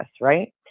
right